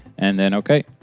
and then ok.